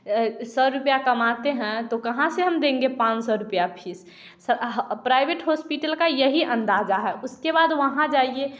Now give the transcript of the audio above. ये सौ रुपया कमाते हैं तो कहाँ से हम देंगे पाँच सौ रुपया फीस प्राइवेट होस्पिटल का यही अन्दाजा है उसके बाद वहाँ जाइए तो